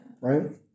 Right